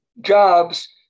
jobs